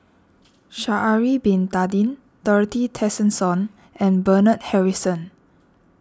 Sha'ari Bin Tadin Dorothy Tessensohn and Bernard Harrison